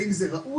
האם זה ראוי?